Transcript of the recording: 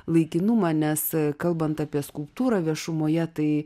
laikinumą nes kalbant apie skulptūrą viešumoje tai